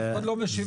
אף אחד לא משיב.